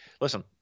listen